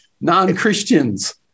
non-Christians